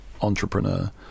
entrepreneur